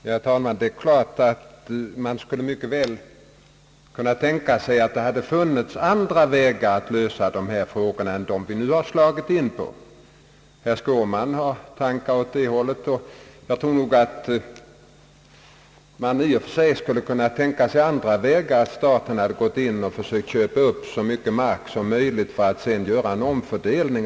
Herr talman! Det är klart att man mycket väl skulle kunna tänka sig andra vägar att lösa dessa frågor än dem vi nu slagit in på. Herr Skårman hade tankar åt det hållet. Man skulle t.ex. kunna tänka sig att staten går in och försöker köpa upp så mycket mark som möjligt och sedan gör en omfördelning.